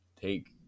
take